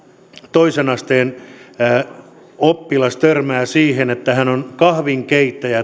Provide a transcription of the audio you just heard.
toisen asteen oppilas törmää siihen että hän on kahvinkeittäjä